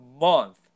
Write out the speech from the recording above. month